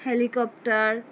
helicopter